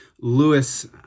Lewis